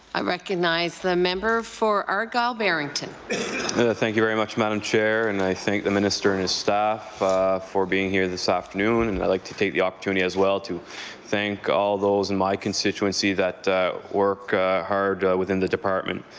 i recognize the member for argyle-barrington thank you very much. madam chair. and i thank the minister and his staff for being here this afternoon. and i would like to take the opportunity as well to thank all those in my constituency that work hard within the department.